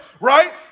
right